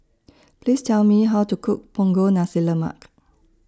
Please Tell Me How to Cook Punggol Nasi Lemak